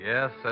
Yes